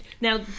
now